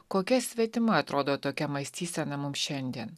kokia svetima atrodo tokia mąstysena mums šiandien